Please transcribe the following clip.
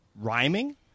rhyming